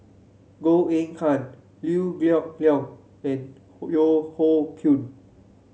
Goh Eng Han Liew Geok Leong and Yeo Hoe Koon